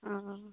ᱚᱻ